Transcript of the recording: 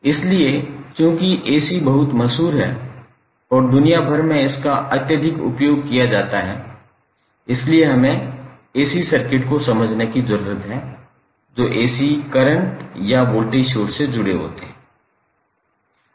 इसलिए चूंकि AC बहुत मशहुर है और दुनिया भर में इसका अत्यधिक उपयोग किया जाता है इसलिए हमें एसी सर्किट को समझने की जरूरत है जो एसी करंट या वोल्टेज सोर्स से जुड़े होते हैं